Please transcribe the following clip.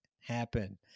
happen